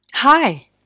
Hi